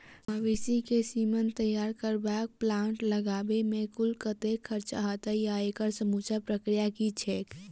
मवेसी केँ सीमन तैयार करबाक प्लांट लगाबै मे कुल कतेक खर्चा हएत आ एकड़ समूचा प्रक्रिया की छैक?